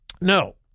No